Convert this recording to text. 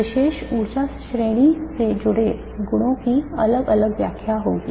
उस विशेष ऊर्जा श्रेणी से जुड़े गुणों की अलग अलग व्याख्या होगी